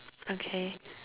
okay